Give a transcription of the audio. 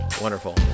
wonderful